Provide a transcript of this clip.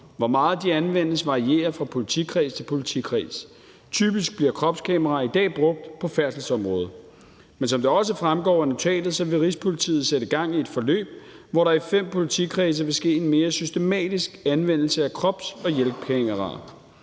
Hvor meget de anvendes, varierer fra politikreds til politikreds. Typisk bliver kropskameraer i dag brugt på færdselsområdet. Men som det også fremgår af notatet, vil Rigspolitiet sætte gang i et forløb, hvor der i fem politikredse vil ske en mere systematisk anvendelse af krops- og hjelmkameraer.